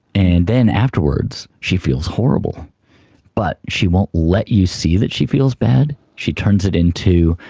and then afterwards she feels horrible but she won't let you see that she feels bad, she turns it into,